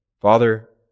Father